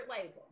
label